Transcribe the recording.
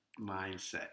mindset